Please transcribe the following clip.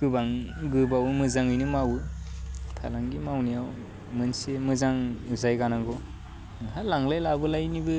गोबां गोबाव मोजाङैनो मावो फालांगि मावनायाव मोनसे मोजां जायगा नांगौ नोंहा लांलाय लाबोलायनिबो